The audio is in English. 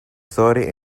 story